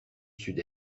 sud